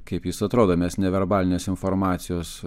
kaip jis atrodo mes neverbalinės informacijos